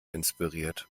inspiriert